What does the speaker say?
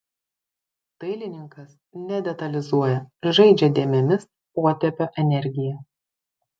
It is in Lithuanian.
dailininkas nedetalizuoja žaidžia dėmėmis potėpio energija